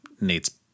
Nate's